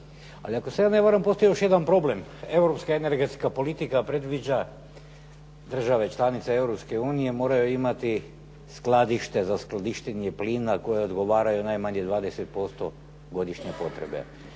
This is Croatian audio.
ali ako se ja ne varam, postoji još jedan problem. Europska energetska politika predviđa države članice Europske unije moraju imati skladište za skladištenje plina koje odgovaraju najmanje 20% godišnje potrebe.